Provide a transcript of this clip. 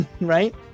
right